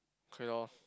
okay lor